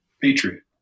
patriot